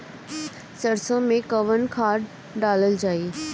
सरसो मैं कवन खाद डालल जाई?